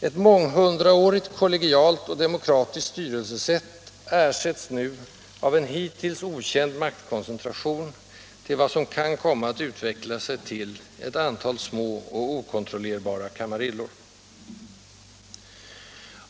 Ett månghundraårigt kollegialt och demokratiskt styrelsesätt ersätts nu av en hittills okänd maktkoncentration till vad som kan komma att utvecklas till ett antal små och okontrollerbara kamarillor.